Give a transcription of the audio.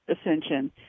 ascension